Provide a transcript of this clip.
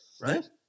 right